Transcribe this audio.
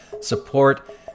support